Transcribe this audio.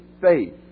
faith